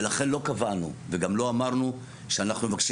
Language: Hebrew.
ולכן לא קבענו וגם לא אמרנו שאנחנו מבקשים